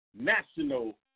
national